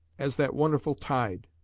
as that wonderful tide!